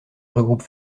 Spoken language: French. regroupe